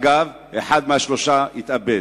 אגב, אחד מהשלושה התאבד.